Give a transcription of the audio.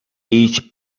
each